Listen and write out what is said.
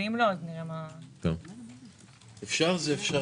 בוודאי אפשר.